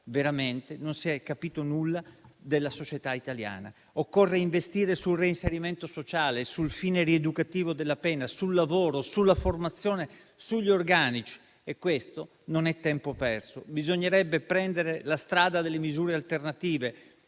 veramente non si è capito nulla della società italiana. Occorre investire sul reinserimento sociale, sul fine rieducativo della pena, sul lavoro, sulla formazione, sugli organici: tutto questo non è tempo perso. Bisognerebbe prendere la strada delle misure alternative